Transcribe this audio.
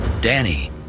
Danny